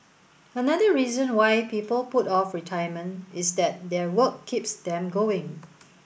another reason why people put off retirement is that their work keeps them going